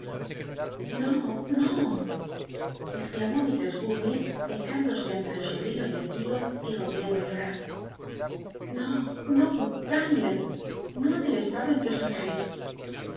no exclamó mislres gummidgc ccluín l osc entr e el sobrino y el tio y romp iendo ú llonh l'io no daniel no en el estado en que os hallais